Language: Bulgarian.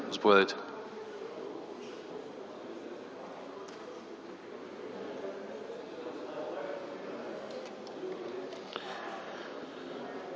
Благодаря.